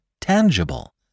tangible